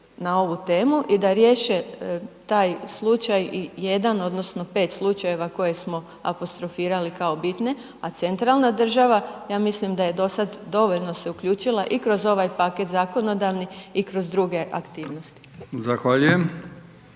na ovu temu i da riješe taj slučaj i jedan, odnosno 5 slučaja koje smo apostrofirali kao bitne, a centralna država ja mislim da je dosad dovoljno se uključila i kroz ovaj paket zakonodavni i kroz druge aktivnosti. **Brkić,